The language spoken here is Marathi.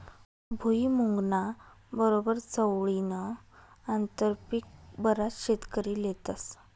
भुईमुंगना बरोबर चवळीनं आंतरपीक बराच शेतकरी लेतस